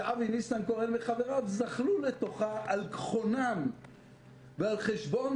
שאבי ניסנקורן וחבריו זחלו לתוכה על גחונם ועל חשבון